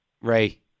ray